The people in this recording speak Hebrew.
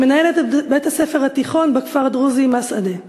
היא מנהלת את בית-הספר התיכון בכפר הדרוזי מסעדה.